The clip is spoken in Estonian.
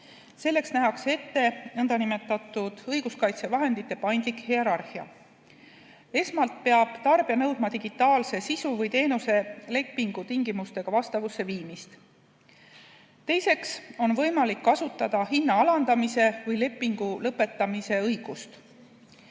Selleks nähakse ette nn õiguskaitsevahendite paindlik hierarhia. Esmalt peab tarbija nõudma digitaalse sisu või teenuse lepingu tingimustega vastavusse viimist. Teiseks, on võimalik kasutada hinna alandamise või lepingu lõpetamise õigust.